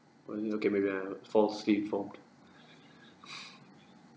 okay maybe I've uh falsely informed